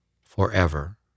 forever